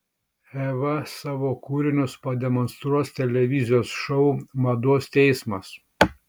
eva savo kūrinius pademonstruos televizijos šou mados teismas